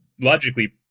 logically